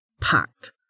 packed